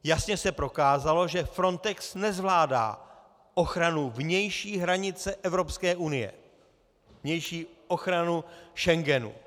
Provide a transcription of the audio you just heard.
Jasně se prokázalo, že Frontex nezvládá ochranu vnější hranice Evropské unie, vnější ochranu Schengenu.